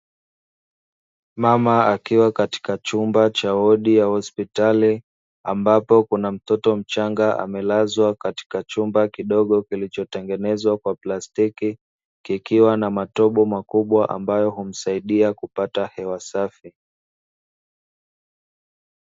Mama akiwa katika chumba cha wodi ya hospitali, ambapo kuna mtoto mchanga amelazwa katika chumba kidogo kilichotengenezwa kwa plastiki, kikiwa na matobo makubwa ambayo humsaidia kupata hewa safi.